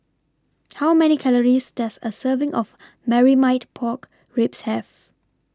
How Many Calories Does A Serving of Marmite Pork Ribs Have